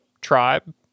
tribe